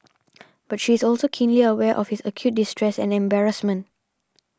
but she is also keenly aware of his acute distress and embarrassment